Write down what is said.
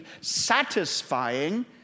satisfying